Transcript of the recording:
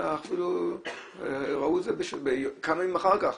אפילו כמה ימים אחר כך.